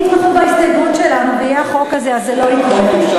אם יתמכו בהסתייגות שלנו ויהיה החוק הזה אז זה לא יקרה.